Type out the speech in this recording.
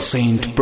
Saint